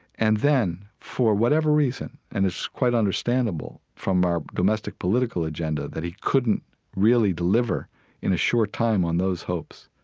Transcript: and then, for whatever reason and it's quite understandable from our domestic political agenda that he couldn't really deliver in a short time on those hopes.